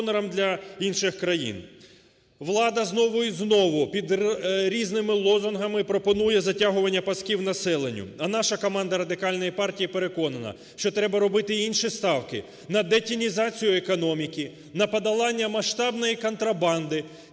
Влада знову і знову під різними лозунгами пропонує затягування пасків населенню. А наша команда Радикальної партії переконана, що треба робити і інші ставки: на детінізацію економіки, на подолання масштабної контрабанди,